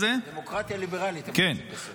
דמוקרטיה ליברלית הם רוצים בסוף.